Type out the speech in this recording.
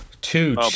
Two